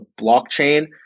blockchain